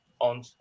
on